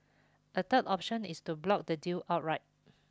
a third option is to block the deal outright